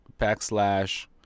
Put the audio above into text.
Backslash